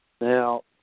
Now